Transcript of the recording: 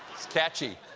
it's catchy.